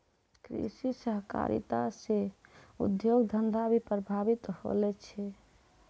कृषि सहकारिता से उद्योग धंधा भी प्रभावित होलो छै